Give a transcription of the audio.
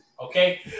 Okay